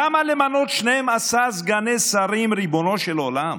למה למנות 12 סגני שרים, ריבונו של עולם?